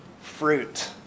fruit